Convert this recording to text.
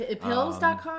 Pills.com